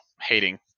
hating